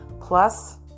plus